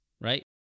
right